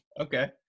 Okay